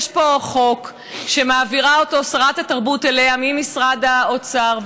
יש פה חוק שמעבירה שרת התרבות אליה ממשרד האוצר,